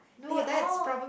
they all